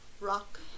Rock